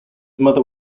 mother